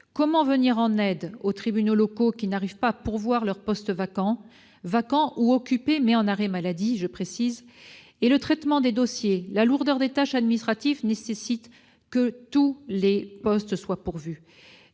Comment venir en aide à des tribunaux locaux qui n'arrivent pas à pourvoir leurs postes vacants ou ceux qui sont non occupés en raison d'arrêts maladie ? Le traitement des dossiers et la lourdeur des tâches administratives nécessitent que tous les postes soient pourvus.